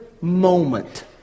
moment